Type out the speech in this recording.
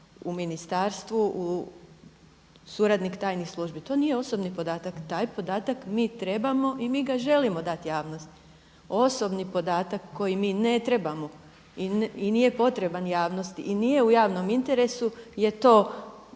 u ministarstvu suradnik tajnih službi. To nije osobni podatak. Taj podatak mi trebamo i mi ga želimo dati javnosti. Osobni podatak koji mi ne trebamo i nije potreban javnosti i nije u javnom interesu je to.